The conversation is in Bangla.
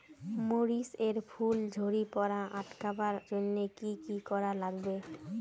মরিচ এর ফুল ঝড়ি পড়া আটকাবার জইন্যে কি কি করা লাগবে?